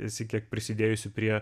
esi kiek prisidėjusi prie